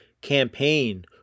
campaign